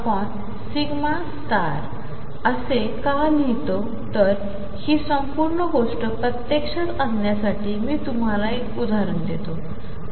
आपण ψ∂x असेकाकरतो तरहिसंपूर्णगोष्टप्रत्यक्षातआणण्यासाठीमीतुम्हालाएकउदाहरणदेतो